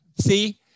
see